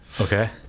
Okay